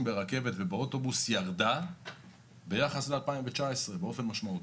ברכבת ובאוטובוס ירדה ביחס ל-2019 באופן משמעותי.